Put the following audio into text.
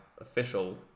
official